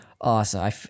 Awesome